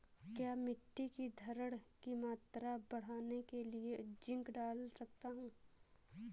क्या मिट्टी की धरण की मात्रा बढ़ाने के लिए जिंक डाल सकता हूँ?